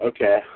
Okay